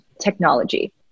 technology